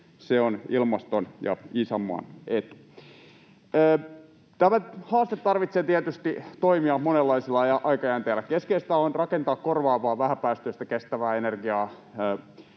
Se on ilmaston ja isänmaan etu. Tämä haaste tarvitsee tietysti toimia monenlaisella aikajänteellä. Keskeistä on rakentaa korvaavaa, vähäpäästöistä, kestävää energiaa